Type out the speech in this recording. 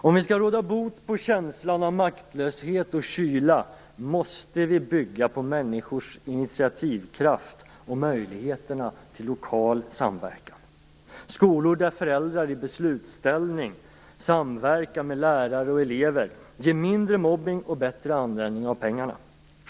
Om vi skall råda bot på känslan av maktlöshet och kyla, måste vi bygga på människors inititativkraft och möjligheterna till lokal samverkan. Skolor där föräldrar i beslutsställning samverkar med lärare och elever ger mindre mobbning och bättre användning av pengarna.